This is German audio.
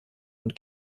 und